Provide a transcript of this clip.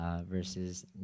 verses